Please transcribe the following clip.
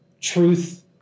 Truth